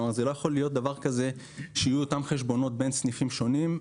לא יכול להיות דבר כזה שיהיו אותם חשבונות בסניפים שונים.